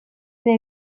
ere